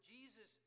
Jesus